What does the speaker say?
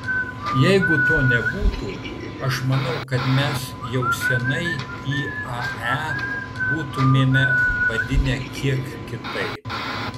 jeigu to nebūtų aš manau mes jau senai iae būtumėme vadinę kiek kitaip